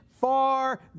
far